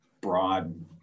broad